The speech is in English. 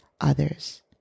others